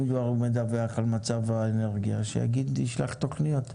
אם הוא כבר מדווח על מצב האנרגיה, שישלח תכניות,